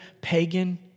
pagan